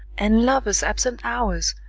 and lovers' absent hours,